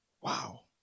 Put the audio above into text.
Wow